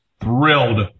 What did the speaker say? thrilled